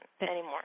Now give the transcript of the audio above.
anymore